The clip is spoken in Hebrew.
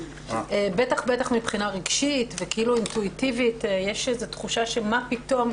בטח ובטח מבחינה רגשית וכאילו אינטואיטיבית יש איזו תחושה ש"מה פתאום",